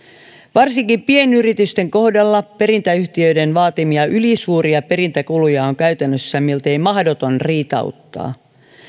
varsinkin pienyritysten kohdalla perintäyhtiöiden vaatimia ylisuuria perintäkuluja on käytännössä miltei mahdoton riitauttaa